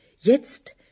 Jetzt